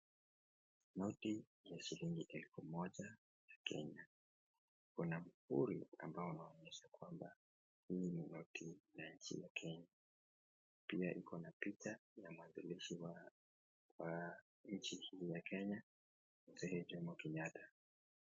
Noti ya shilingi elfu moja ya Kenya. Kuna muhuri ambao unaonyesha kwamba hii ni noti na nchi ya Kenya. Pia iko na picha ya mwanzilishi wa nchi hii ya Kenya, Mzee Jomo Kenyatta.